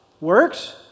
Works